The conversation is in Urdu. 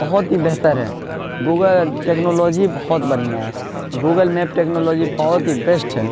بہت ہی بہتر ہے گوگل ٹیکنالوجی بہت بڑھیا ہے گوگل میپ ٹیکنالوجی بہت ہی بیسٹ ہے